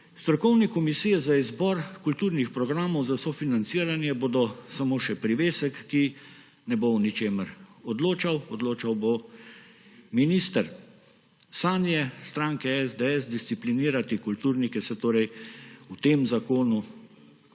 Strokovne komisije za izbor kulturnih programov za sofinanciranje bodo samo še privesek, ki ne bo v ničemer odločal, odločal bo minister. Sanje stranke SDS disciplinirati kulturnike se torej v tem zakonu